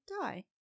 die